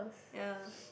ya